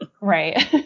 Right